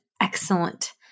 excellent